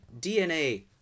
DNA